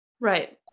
Right